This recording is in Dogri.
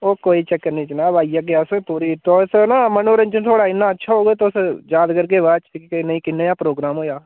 ओह् कोई चक्कर निं जनाब आई जाह्गे अस पूरी तुस ना मनोरंजन थुआढ़ा इन्ना अच्छा होग तुस याद करगे बाद च कनेहा प्रोग्राम होएआ